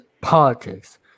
politics